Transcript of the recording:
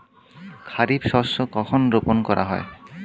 খারিফ শস্য কখন রোপন করা হয়?